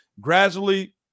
gradually